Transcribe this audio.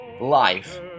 life